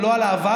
ולא על העבר,